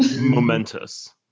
momentous